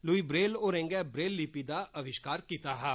Louis Braille होरें गै Braille लिपि दा अविष्कार कीता हा